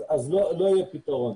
אז לא יהיה פתרון.